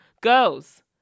girls